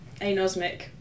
Anosmic